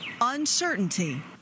uncertainty